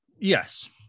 yes